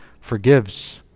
forgives